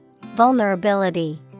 Vulnerability